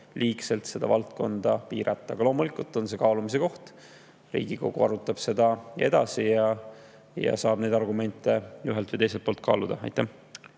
liigselt seda valdkonda piirata. Aga loomulikult on see kaalumise koht. Riigikogu arutab seda edasi ja saab neid argumente ühelt või teiselt poolt kaaluda. Aitäh!